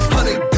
Honey